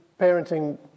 parenting